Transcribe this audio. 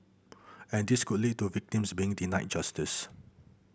and this could lead to victims being denied justice